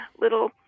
little